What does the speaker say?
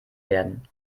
werden